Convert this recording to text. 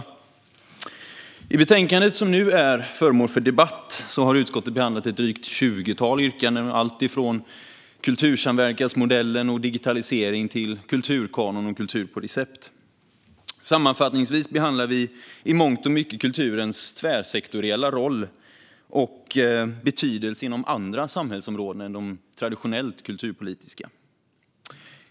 I det betänkande som nu är föremål för debatt har utskottet behandlat ett drygt tjugotal yrkanden som rör alltifrån kultursamverkansmodellen och digitalisering till kulturkanon och kultur på recept. Sammanfattningsvis behandlar vi i mångt och mycket kulturens tvärsektoriella roll och betydelse inom andra samhällsområden än de traditionellt kulturpolitiska.